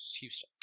Houston